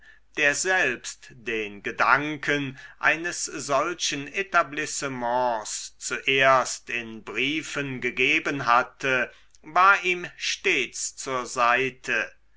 der selbst den gedanken eines solchen etablissements zuerst in briefen gegeben hatte war ihm stets zur seite